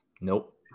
Nope